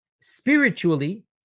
spiritually